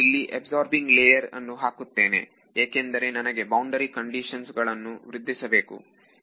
ನಾನು ಇಲ್ಲಿ absorbing layer ಅನ್ನು ಹಾಕುತ್ತೇನೆ ಏಕೆಂದರೆ ನನಗೆ ಬೌಂದರಿ ಕಾಂಡಿಶನ್ಸ್ ಗಳನ್ನು ವೃದ್ಧಿಸಬೇಕು